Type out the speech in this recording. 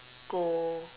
狗